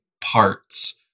parts